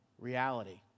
reality